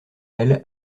elle